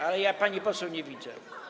Ale ja pani poseł nie widzę.